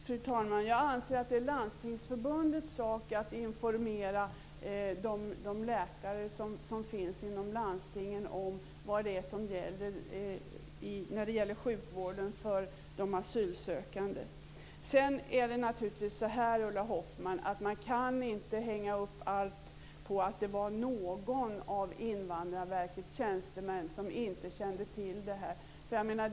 Fru talman! Jag anser att det är Landstingsförbundets sak att informera de läkare som finns inom landstingen om vad som gäller i sjukvården för de asylsökande. Ulla Hoffmann! Man kan inte hänga upp allt på att någon av Invandrarverkets tjänstemän inte kände till detta.